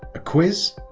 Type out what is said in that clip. a quiz.